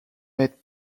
met